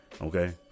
okay